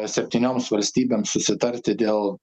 septynioms valstybėms susitarti dėl